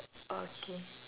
orh okay